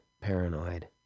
paranoid